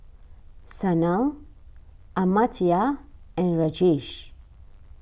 Sanal Amartya and Rajesh